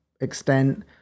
extent